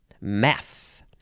Math